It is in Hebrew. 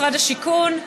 משרד השיכון,